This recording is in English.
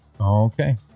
Okay